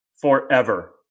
forever